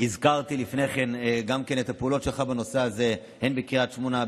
הזכרתי לפני כן גם כן את הפעולות שלך בנושא הזה הן בקריית שמונה,